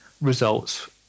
results